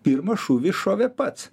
pirmą šūvį šovė pats